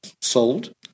sold